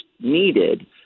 needed